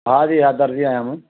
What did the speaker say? हां जी हा दर्जी आहियां मां